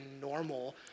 normal